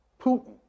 Putin